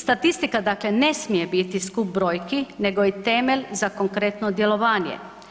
Statistika dakle ne smije biti skup brojki nego je temelj za konkretno djelovanje.